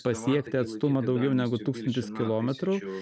pasiekti atstumą daugiau negu tūkstančius kilometrų